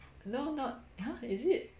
no not !huh! is it